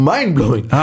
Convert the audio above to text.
Mind-blowing